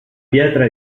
pietra